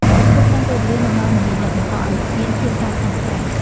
ការគ្រប់គ្រងពេលវេលានៅម៉ោងមមាញឹក បង្កឱ្យមានភាពតានតឹងខ្លាំង។